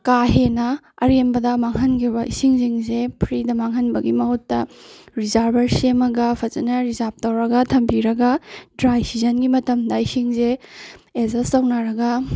ꯀꯥꯍꯦꯟꯅ ꯑꯔꯦꯝꯕꯗ ꯃꯥꯡꯍꯟꯈꯤꯕ ꯏꯁꯤꯡꯁꯤꯡꯁꯦ ꯐ꯭ꯔꯤꯗ ꯃꯥꯡꯍꯟꯕꯒꯤ ꯃꯍꯨꯠꯇ ꯔꯤꯖꯥꯔꯕꯔ ꯁꯦꯝꯃꯒ ꯐꯖꯅ ꯔꯤꯖꯥꯕ ꯇꯧꯔꯒ ꯊꯝꯕꯤꯔꯒ ꯗ꯭ꯔꯥꯏ ꯁꯤꯖꯟꯒꯤ ꯃꯇꯝꯗ ꯏꯁꯤꯡꯁꯦ ꯑꯦꯖꯁ ꯇꯧꯅꯔꯒ